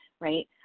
right